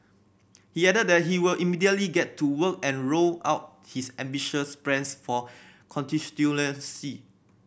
he added that he will immediately get to work and roll out his ambitious plans for constituency